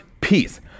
peace